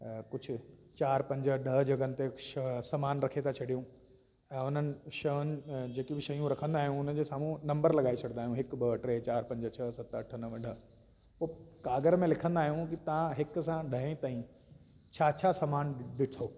कुझु चार पंज ॾह जगहनि ते छह सामान रखी था छॾियूं ऐं उन्हनि शयुनि जेकी बि शयूं रखंदा आहियूं उन्हनि जे साम्हूं नम्बर लॻाए छॾंदा आहियूं हिकु ॿ टे चार पंज छह सत अठ नव ॾह पोइ काॻर में लिखंदा आहियूं की तव्हां हिक सां ॾहें ताईं छा छा सामान ॾिठो